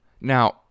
Now